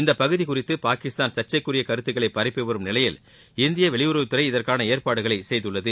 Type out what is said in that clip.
இந்தப்பகுதியை குறித்து பாகிஸ்தான் சர்ச்சைக்குரிய கருத்துகளை பரப்பி வரும் நிலையில் இந்திய வெளியுறவுத்துறை இதற்கான ஏற்பாடுகளை செய்துள்ளது